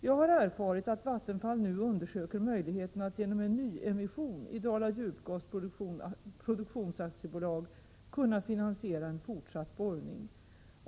Jag har erfarit att Vattenfall nu undersöker möjligheterna att genom en nyemission i Dala Djupgas Produktions AB kunna finansiera en fortsatt borrning.